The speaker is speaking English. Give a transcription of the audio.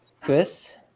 Chris